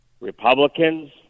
Republicans